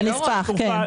בנספח.